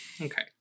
Okay